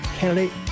candidate